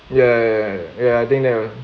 ya ya ya ya I think they'll